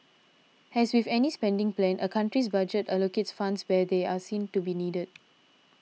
as with any spending plan a country's budget allocates funds where they are seen to be needed